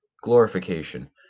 Glorification